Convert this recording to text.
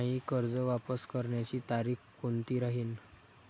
मायी कर्ज वापस करण्याची तारखी कोनती राहीन?